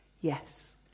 Yes